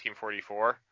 1944